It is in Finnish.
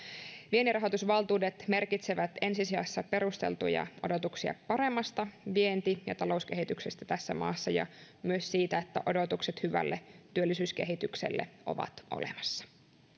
vienninrahoitusvaltuudet merkitsevät ensi sijassa perusteltuja odotuksia paremmasta vienti ja talouskehityksestä tässä maassa ja myös sitä että odotukset hyvälle työllisyyskehitykselle ovat olemassa